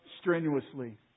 strenuously